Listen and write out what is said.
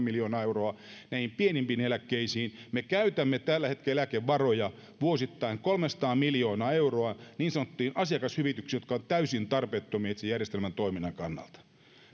miljoonaa euroa näihin pienimpiin eläkkeisiin me käytämme tällä hetkellä eläkevaroja vuosittain kolmesataa miljoonaa euroa niin sanottuihin asiakashyvityksiin jotka ovat täysin tarpeettomia itse järjestelmän toiminnan kannalta